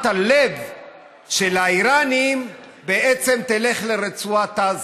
הלב של האיראנים בעצם תלך לרצועת עזה.